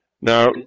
Now